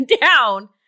down